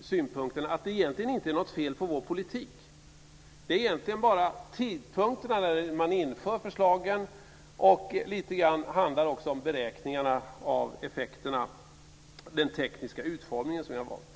synpunkterna konstatera, fru talman, att det egentligen inte är något fel på vår politik. Det handlar egentligen bara om tidpunkterna för när man inför förslagen och lite grann om beräkningarna av effekterna, den tekniska utformning som vi har valt.